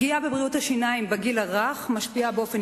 פגיעה בבריאות השיניים בגיל הרך משפיעה באופן